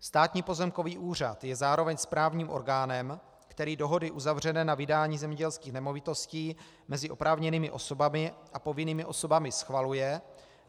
Státní pozemkový úřad je zároveň správním orgánem, který dohody uzavřené na vydání zemědělských nemovitostí mezi oprávněnými osobami a povinnými osobami schvaluje,